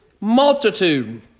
multitude